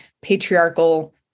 patriarchal